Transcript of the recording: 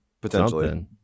potentially